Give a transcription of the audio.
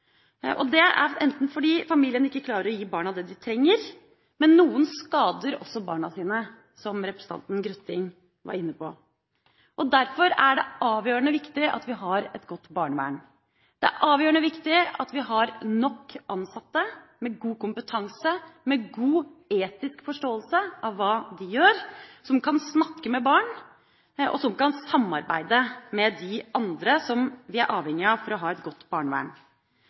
i. Det er enten fordi familiene ikke klarer å gi barna det de trenger, eller fordi noen skader også barna sine, som representanten Grøtting var inne på. Derfor er det avgjørende viktig at vi har et godt barnevern. Det er avgjørende viktig at vi har nok ansatte med god kompetanse, med god etisk forståelse av hva de gjør, som kan snakke med barn, og som kan samarbeide med de andre som de er avhengige av, for å ha et godt barnevern.